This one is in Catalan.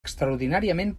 extraordinàriament